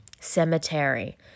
Cemetery